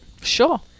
Sure